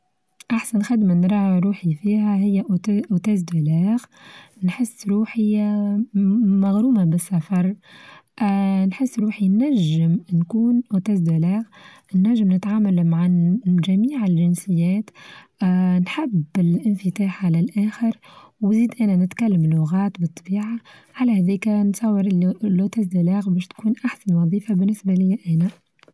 أحسن خدمة نرعى روحي فيها هي اوتاز دويلاغ، نحس روحي مغرونة بالسفر آآ نحس روحي نچم نكون اوتاز دويلاغ، نچم نتعامل مع الچميع الچنسيات آآ نحب الإنفتاح على الآخر وزيانة نتكلم اللغات بالطبيعة، على هذاكا نتصور الاوتاز دويلاغ بيش تكون أحسن وظيفة بالنسبة لي أنا.